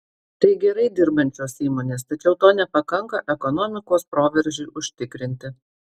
tai gerai dirbančios įmonės tačiau to nepakanka ekonomikos proveržiui užtikrinti